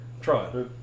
Try